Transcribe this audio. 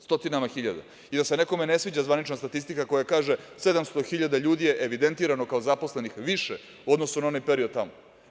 Stotinama hiljada i da se nekome ne sviđa zvanična statistika koja kaže – 700 hiljada ljudi je evidentirano kao zaposlenih više u odnosu na onaj period tamo.